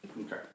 Okay